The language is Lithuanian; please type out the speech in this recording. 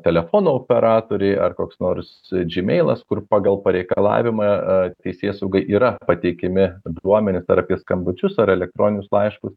telefono operatoriai ar koks nors džimeilas kur pagal pareikalavimą teisėsaugai yra pateikiami duomenys ar apie skambučius ar elektroninius laiškus